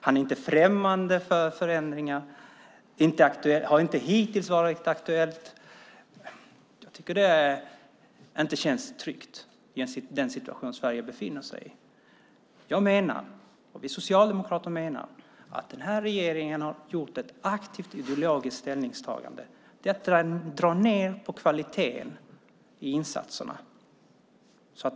Han säger att han inte är främmande för förändringar men att det hittills inte har varit aktuellt. Jag tycker inte att det känns tryggt i den situation som Sverige befinner sig i. Jag menar, och vi socialdemokrater menar, att den här regeringen har gjort ett aktivt, ideologiskt ställningstagande. Detta drar ned kvaliteten i insatserna.